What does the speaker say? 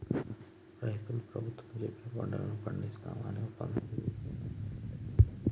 రైతులు ప్రభుత్వం చెప్పిన పంటలను పండిస్తాం అని ఒప్పందం కుదుర్చుకునబట్టే